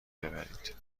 ببرید